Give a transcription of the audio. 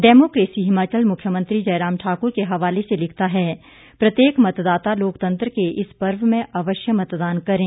democracy Himachal मुख्यमंत्री जयराम ठाक्र के हवाले से लिखता है प्रत्येक मतदाता लोकतंत्र के इस पर्व में अवश्य मतदान करें